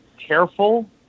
careful